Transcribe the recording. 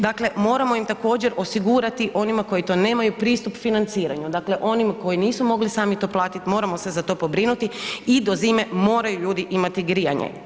Dakle, moramo im također osigurati onima koji to nemaju, pristup financiranju, dakle onima koji nisu mogli sami to platit, moramo se za to pobrinuti i do zime moraju ljudi imati grijanje.